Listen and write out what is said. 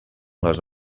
les